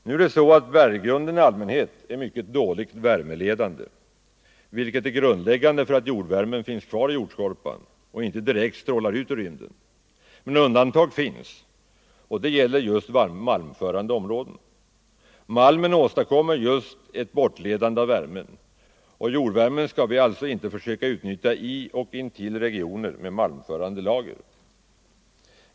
Berggrund som sådan är i allmänhet mycket dåligt värmeledande, vilket är grundläggande för att jordvärmen skall finnas kvar i jordskorpan och inte stråla ut i rymden. Men undantag finns, och det gäller just malmförande områden. Malm åstadkommer just ett bortledande av värmen, och jordvärmen skall vi alltså inte försöka utnyttja i och intill regioner med malmförande lager.